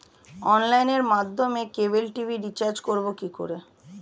অনলাইনের মাধ্যমে cable TV recharge করব কি করে?